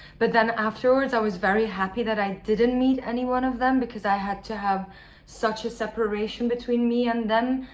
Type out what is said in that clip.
but then, afterwards, i was very happy that i didn't meet any one of them because i had to have such a separation between me and them.